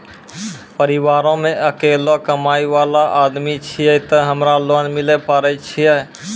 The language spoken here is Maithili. परिवारों मे अकेलो कमाई वाला आदमी छियै ते हमरा लोन मिले पारे छियै?